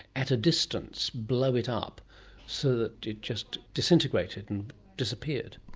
at a distance blow it up so that it just disintegrated and disappeared.